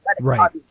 right